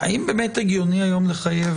האם הגיוני היום לחייב